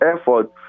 effort